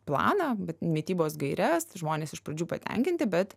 planą bet mitybos gaires žmonės iš pradžių patenkinti bet